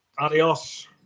Adios